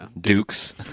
Dukes